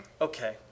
Okay